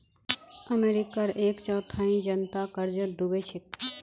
अमेरिकार एक चौथाई जनता कर्जत डूबे छेक